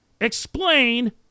explain